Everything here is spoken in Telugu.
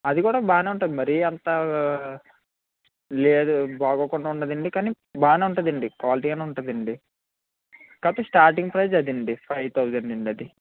అది కూడా బాగానే ఉంటుంది మరీ అంత లేదు బాగోకుండా ఉండదండి కానీ బాగానే ఉంటుందండి క్వాలిటీగానే ఉంటుందండి కాకపోతే స్టార్టింగ్ ప్రైస్ అదండీ ఫవ్ థౌజండ్ అండి అది